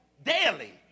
Daily